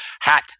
hat